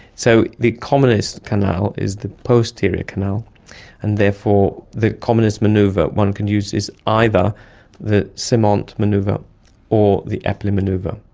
so the commonest canal is the posterior canal and therefore the commonest manoeuver one can use is either the semont manoeuver or the epley manoeuver.